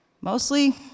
Mostly